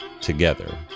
together